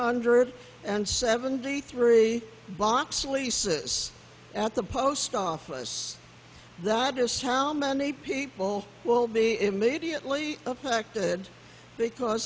hundred and seventy three blocks leases at the post office that just how many people will be immediately affected because